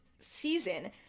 season